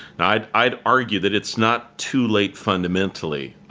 i'd i'd argue that it's not too late, fundamentally,